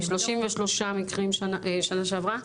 33 מקרים שנה שעברה.